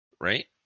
Right